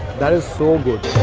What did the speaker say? that is so good.